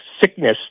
sickness